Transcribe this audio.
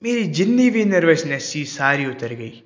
ਮੇਰੀ ਜਿੰਨੀ ਵੀ ਨਰਵਸਨੈਸ ਸੀ ਸਾਰੀ ਉਤਰ ਗਈ